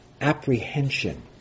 apprehension